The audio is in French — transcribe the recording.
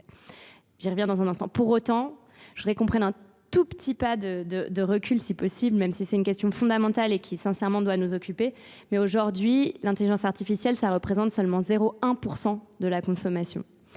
préoccupations des Français. Pour autant, je voudrais comprendre un tout petit pas de recul si possible, même si c'est une question fondamentale et qui sincèrement doit nous occuper. Mais aujourd'hui, l'intelligence artificielle, ça représente seulement 0,1% de la consommation.